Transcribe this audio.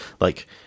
like-